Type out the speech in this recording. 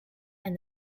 and